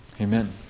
Amen